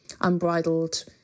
unbridled